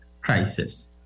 crisis